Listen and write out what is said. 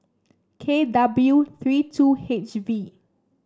K W three two H V